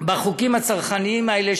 בחוקים הצרכניים האלה,